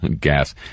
gas